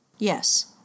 Yes